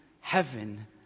heaven